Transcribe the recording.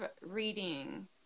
reading